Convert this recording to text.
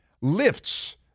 lifts